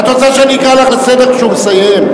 את רוצה שאני אקרא אותך לסדר כשהוא מסיים?